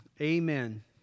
Amen